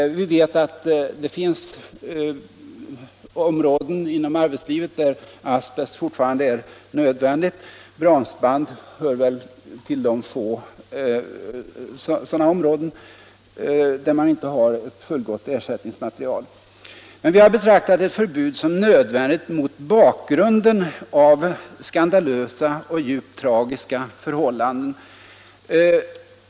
Vi vet att det finns områden inom arbetslivet, där asbest fortfarande är nödvändig. Broms band hör väl till de områden där man ännu inte har ett fullgott ersättningsmaterial. Men vi har betraktat ett förbud som nödvändigt mot bakgrunden av skandalösa och djupt tragiska förhållanden.